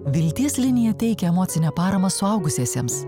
vilties linija teikia emocinę paramą suaugusiesiems